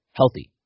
healthy